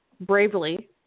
bravely